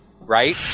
right